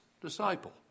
disciple